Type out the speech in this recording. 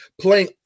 playing